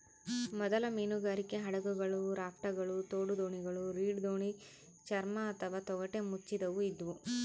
ಮೊದಲ ಮೀನುಗಾರಿಕೆ ಹಡಗುಗಳು ರಾಪ್ಟ್ಗಳು ತೋಡುದೋಣಿಗಳು ರೀಡ್ ದೋಣಿ ಚರ್ಮ ಅಥವಾ ತೊಗಟೆ ಮುಚ್ಚಿದವು ಇದ್ವು